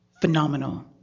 phenomenal